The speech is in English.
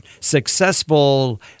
successful